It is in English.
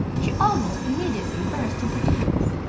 she almost immediately burst into tears,